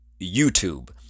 YouTube